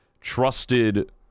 trusted